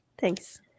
Thanks